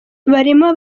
barimo